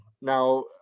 now